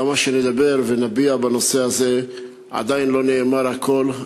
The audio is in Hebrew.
כמה שנדבר ונביע, בנושא הזה עדיין לא נאמר הכול.